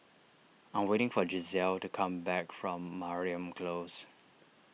I am waiting for Gisele to come back from Mariam Close